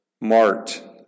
Mart